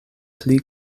pli